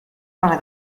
para